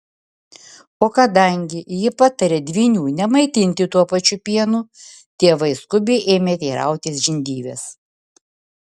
o kadangi ji patarė dvynių nemaitinti tuo pačiu pienu tėvai skubiai ėmė teirautis žindyvės